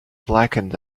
blackened